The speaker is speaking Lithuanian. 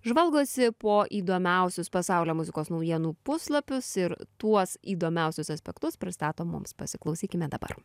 žvalgosi po įdomiausius pasaulio muzikos naujienų puslapius ir tuos įdomiausius aspektus pristato mums pasiklausykime dabar